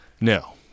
No